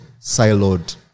siloed